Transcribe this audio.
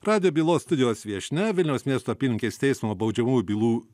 radijo bylos studijos viešnia vilniaus miesto apylinkės teismo baudžiamųjų bylų